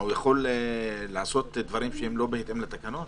הוא יכול לעשות דברים שהם לא בהתאם לתקנות?